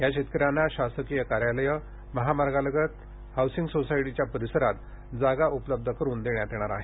या शेतक यांना शासकीय कार्यालये महामार्गालगत हौसिंग सोसायटीच्या परिसरात जागा उपलब्ध करून देण्यात येणार आहे